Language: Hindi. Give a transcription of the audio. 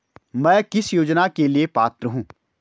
मैं किस योजना के लिए पात्र हूँ?